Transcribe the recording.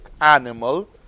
animal